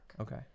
okay